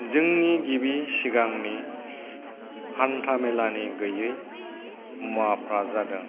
जोंनि गिबि सिगांनि हान्थामेलानि गैयै मुवाफोरा जादों